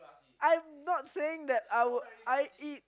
I'm not saying that I would I eat